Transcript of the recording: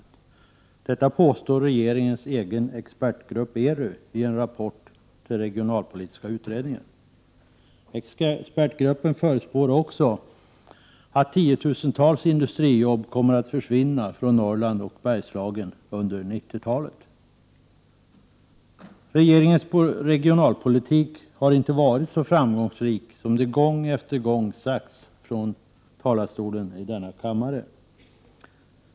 Detta påstår regeringens egen expertgrupp ERU i en rapport till den regionalpolitiska utredningen. Expertgruppen förutspår också att tiotusentals industrijobb kommer att försvinna från Norrland och Bergslagen under 90-talet. Regeringens regionalpolitik har inte varit så framgångsrik som det gång efter gång sagts från talarstolen i denna kammare.